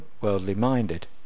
worldly-minded